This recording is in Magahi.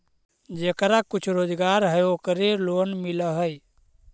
जेकरा कुछ रोजगार है ओकरे लोन मिल है?